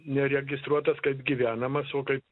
neregistruotas kaip gyvenamas o kaip